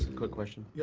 quick question. yeah